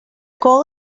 goal